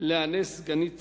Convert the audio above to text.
לאה נס, סגנית